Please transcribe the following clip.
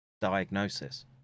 diagnosis